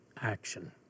action